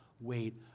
weight